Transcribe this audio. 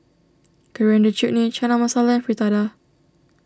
Coriander Chutney Chana Masala Fritada